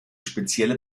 spezielle